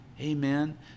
amen